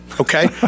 Okay